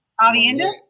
Avienda